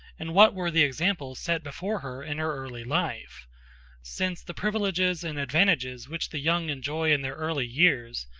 and what were the examples set before her in her early life since the privileges and advantages which the young enjoy in their early years,